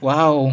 Wow